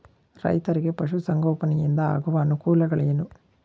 ರೈತರಿಗೆ ಪಶು ಸಂಗೋಪನೆಯಿಂದ ಆಗುವ ಅನುಕೂಲಗಳೇನು?